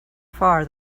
far